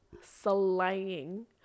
slaying